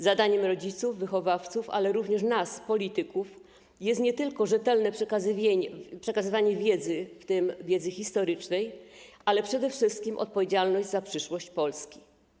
Zadaniem rodziców, wychowawców, ale również nas, polityków, jest nie tylko rzetelne przekazywanie wiedzy, w tym wiedzy historycznej, ale przede wszystkim odpowiedzialność za przyszłość Polski.